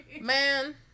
Man